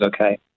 okay